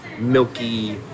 milky